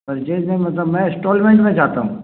purchase नहीं मतलब मैं इस्टॉलमेंट में चाहता हूँ